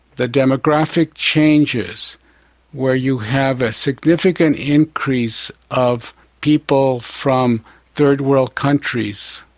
the demographic changes where you have a significant increase of people from third world countries,